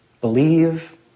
believe